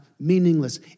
Meaningless